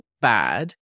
bad